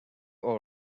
all